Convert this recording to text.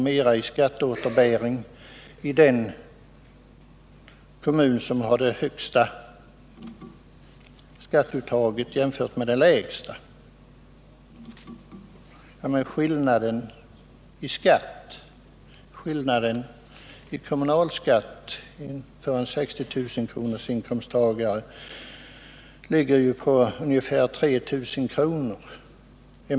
mera i skatteåterbäring i den kommun som har det högsta skatteuttaget än i den kommun som har det lägsta. Skillnaden mellan det högsta och det lägsta skatteuttaget ligger på omkring 3 000 kr.